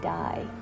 die